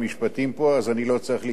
אז אני לא צריך להתעסק בזה,